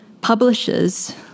Publishers